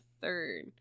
third